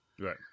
right